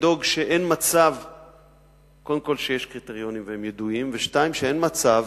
כלומר שיש קריטריונים והם ידועים, 2. שאין מצב